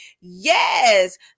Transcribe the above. Yes